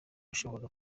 ashobora